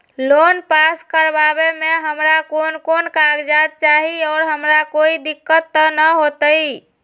Loan pass करवावे में हमरा कौन कौन कागजात चाही और हमरा कोई दिक्कत त ना होतई?